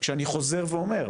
שאני חוזר ואומר,